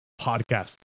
podcast